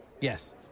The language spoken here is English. yes